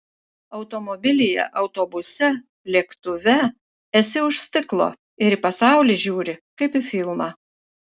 automobilyje autobuse lėktuve esi už stiklo ir į pasaulį žiūri kaip į filmą